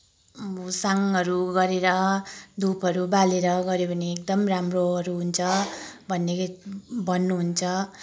म साङहरू गरेर धुपहरू बालेर गऱ्यो भने एकदम राम्रोहरू हुन्छ भन्ने भन्नुहुन्छ